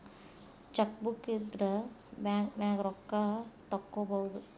chequebook ಇದ್ರ ಬ್ಯಾಂಕ್ನ್ಯಾಗ ರೊಕ್ಕಾ ತೊಕ್ಕೋಬಹುದು